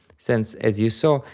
since, as you saw,